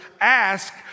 ask